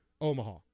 Omaha